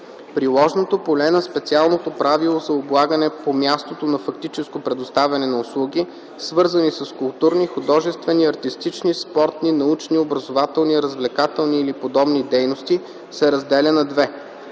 Приложното поле на специалното правило за облагане по мястото на фактическото предоставяне на услуги, свързани с културни, художествени, артистични, спортни, научни, образователни, развлекателни или подобни дейности, се разделя на две.